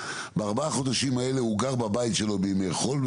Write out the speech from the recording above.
בארבעת החודשים האלה הוא גר בבית שלו בימי חול,